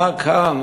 מה כאן